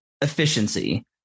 efficiency